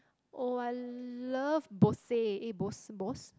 oh I love Bose eh Bose Bose